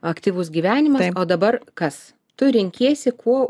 aktyvus gyvenimas o dabar kas tu renkiesi kuo